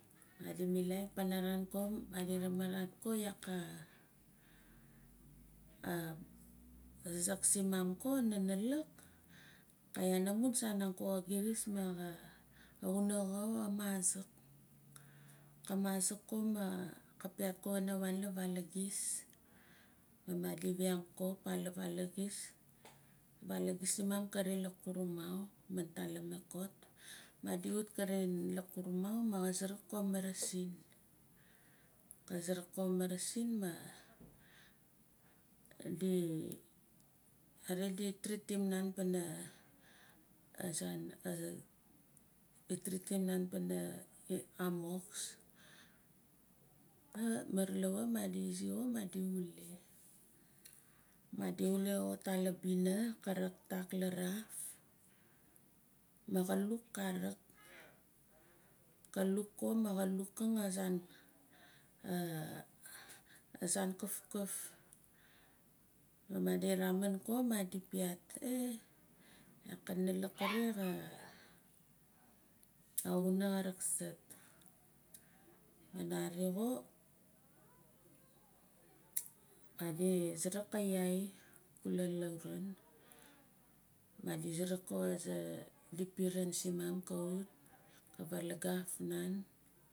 Madi milaif panaran ko madi ramavat ko yaka a azaak simaam ko analak ka yaan amun saan naka ka firis ma xa axuna xo ka mazak. Ka mazak ko ma ka piaat kana wan la vaala gis ma madi wiang ko fa la vaal a gis a vaal a gis simaam kare lakurumau ma ta lemekot madi wut kare lakurumau ma ka suruk ko oa marasin. Ka suruk ko a marasi maa di araan di tritim nan pana azan di tritim nan pana amox, maa maar lawa madi izi xo madi wule. Madi wule xo ta la bina ka naktak laraf maa ka luuk karek ko luuk ko ma luukang azan a a azan kuf kkuf ma madi ramin ko ma madi piat eh yaak a nalik kare xa axuna ka raksaat. Maa nare xo madi suruk auai kula la auraan madi suruk ko adi piran simam ka wut ka valagaaf nan.